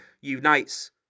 unites